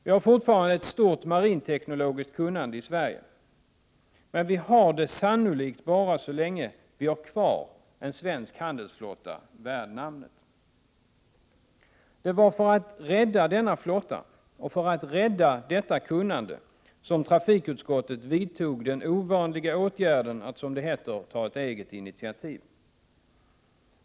Vi har fortfarande ett stort marinteknologiskt kunnande i Sverige, men vi har det sannolikt bara så länge vi har kvar en svensk handelsflotta värd namnet. Det var för att rädda denna flotta och för att rädda detta kunnande som trafikutskottet vidtog den ovanliga åtgärden att, som det heter, ta ett eget initiativ.